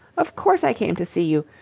of course i came to see you.